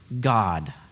God